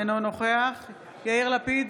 אינו נוכח יאיר לפיד,